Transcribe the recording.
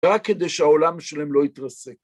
‫רק כדי שהעולם שלהם לא יתרסק.